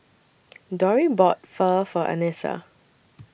Dori bought Pho For Anissa